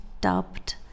Dubbed